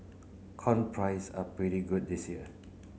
corn price are pretty good this year